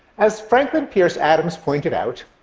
as franklin pierce adams pointed out,